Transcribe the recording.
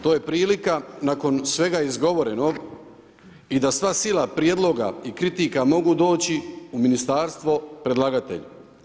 To je prilika nakon svega izgovorenog i da sva sila prijedloga i kritika mogu doći u ministarstvo predlagatelju.